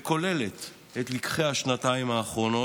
וכוללת את לקחי השנתיים האחרונות,